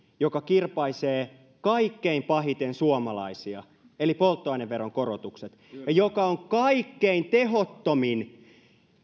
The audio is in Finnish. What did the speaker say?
joka kirpaisee kaikkein pahiten suomalaisia eli polttoaineveron korotukset ja joka on kaikkein tehottomin